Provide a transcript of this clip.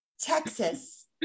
Texas